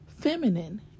feminine